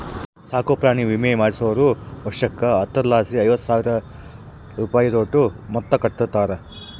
ಸಾಕುಪ್ರಾಣಿ ವಿಮೆ ಮಾಡಿಸ್ದೋರು ವರ್ಷುಕ್ಕ ಹತ್ತರಲಾಸಿ ಐವತ್ತು ಸಾವ್ರುದೋಟು ಮೊತ್ತ ಕಟ್ಟುತಾರ